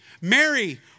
Mary